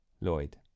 Lloyd